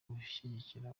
gushyigikira